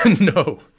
No